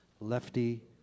Lefty